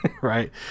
right